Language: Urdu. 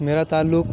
میرا تعلق